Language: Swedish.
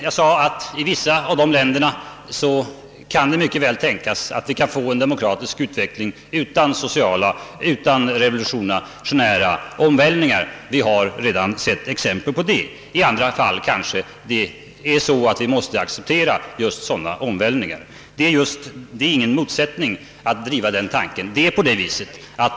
Jag sade att det mycket väl kan tänkas att man i vissa av dessa länder kan få en demokratisk utveckling utan revolutionära omvälvningar -— vi har redan sett exempel på det. I andra fall måste vi kanske acceptera sådana omvälvningar. Det är ingen motsägelse i detta.